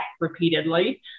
repeatedly